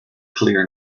clear